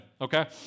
okay